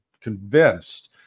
convinced